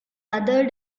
other